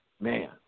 man